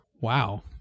wow